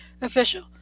official